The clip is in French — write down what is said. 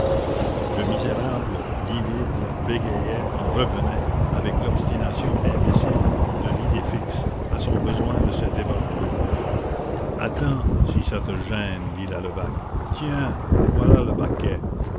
le misérable livide bégayait en revenait avec l'obstination imbécile de l'idée fixe à son besoin de se débarbouiller attends si ça te gêne dit la levaque tiens voilà le baquet